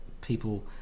people